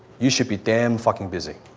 you should be damn fucking busy.